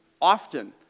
often